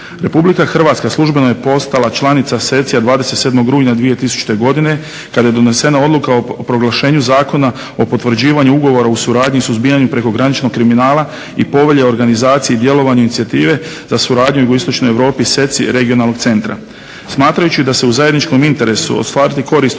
RH službeno je postala članica SECI-a 27. rujna 2000. godine kada je donesena odluka o proglašenju Zakona o potvrđivanju ugovora o suradnji i suzbijanju prekograničnog kriminala i povelje o organizaciji i djelovanju inicijative za suradnju Jugoistočne Europe SECI Regionalnog centra. Smatrajući da se u zajedničkom interesu ostvarili korist